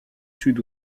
sud